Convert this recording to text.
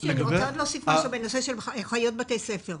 יש לי הרבה מה לומר בנושא אחיות בתי הספר.